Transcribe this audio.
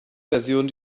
version